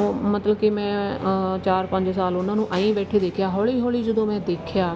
ਉਹ ਮਤਲਬ ਕਿ ਮੈਂ ਚਾਰ ਪੰਜ ਸਾਲ ਉਹਨਾਂ ਨੂੰ ਐਂ ਹੀ ਬੈਠੇ ਦੇਖਿਆ ਹੌਲੀ ਹੌਲੀ ਜਦੋਂ ਮੈਂ ਦੇਖਿਆ